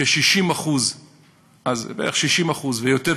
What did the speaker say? כ-60% ויותר,